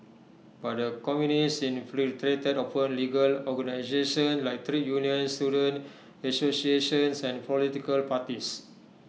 but the communists infiltrated open legal organisations like trade unions student associations and political parties